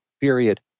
period